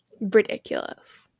ridiculous